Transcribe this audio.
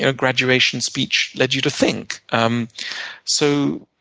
ah graduation speech led you to think. um so,